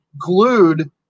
glued